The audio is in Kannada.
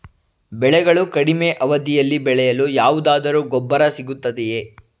ಬೆಳೆಗಳು ಕಡಿಮೆ ಅವಧಿಯಲ್ಲಿ ಬೆಳೆಯಲು ಯಾವುದಾದರು ಗೊಬ್ಬರ ಸಿಗುತ್ತದೆಯೇ?